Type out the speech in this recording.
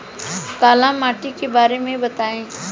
काला माटी के बारे में बताई?